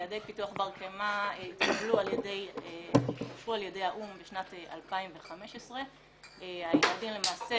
יעדי פיתוח בר קיימא התקבלו על ידי האו"ם בשנת 2015. היעדים למעשה